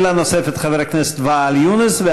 שאלה נוספת לחבר הכנסת ואאל יונס,